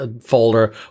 folder